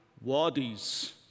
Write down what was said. wadis